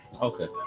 Okay